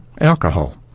alcohol